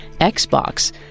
Xbox